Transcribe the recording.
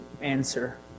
answer